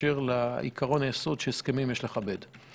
באשר לעיקרון היסוד שהסכמים יש לכבד.